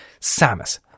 Samus